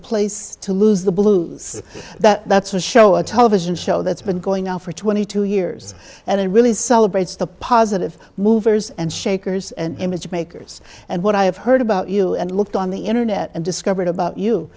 place to lose the blues that's a show a television show that's been going on for twenty two years and it really is celebrates the positive movers and shakers and image makers and what i have heard about you and looked on the internet and discovered about you